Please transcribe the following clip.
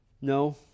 No